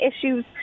issues